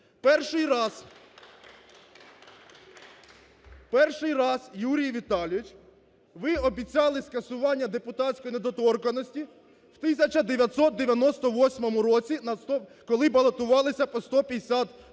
Перший раз, Юрій Віталійович, ви обіцяли скасування депутатської недоторканності в 1998 році на... коли балотувалися по 152